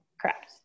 Correct